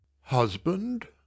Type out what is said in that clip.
Husband